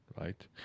right